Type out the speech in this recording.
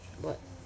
what